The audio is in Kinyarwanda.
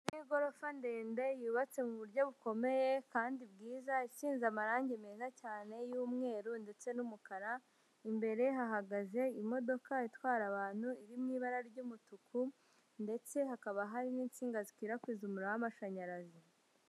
Inzu y'igorofa ndende yubatse mu buryo bukomeye kandi bwiza, isize amarangi meza cyane y'umweru ndetse n'umukara, imbere hahagaze imodoka itwara abantu, iri mu ibara ry'umutuku ndetse hakaba hari n'insinga zikwirakwiza umuriro w'amashanyarazi.